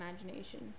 imagination